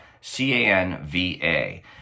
C-A-N-V-A